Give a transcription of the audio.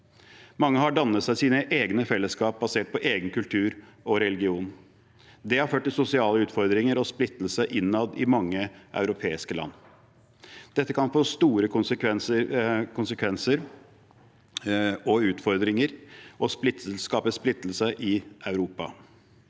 Mange har dannet seg sine egne fellesskap basert på egen kultur og religion. Det har ført til sosiale utfordringer og splittelse innad i mange europeiske land. Dette kan få store konsekvenser og utfordringer og skape splittelse i Europa.